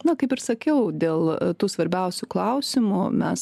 na kaip ir sakiau dėl tų svarbiausių klausimų mes